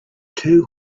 two